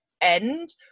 end